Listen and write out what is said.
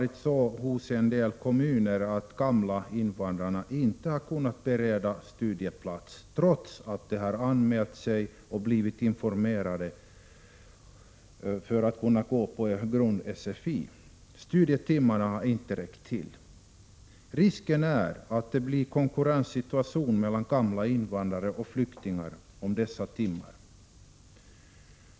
I en del kommuner har vidare ”gamla” invandrare inte kunnat beredas studieplats, trots att de har blivit informerade om och anmält sig till grund-SFI. Studietimmarna har inte räckt till. Risken är att det uppstår en konkurrenssituation mellan ”gamla” invandrare och flyktingar när det gäller dessa studietimmar.